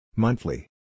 Monthly